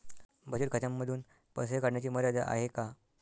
बचत खात्यांमधून पैसे काढण्याची मर्यादा आहे का?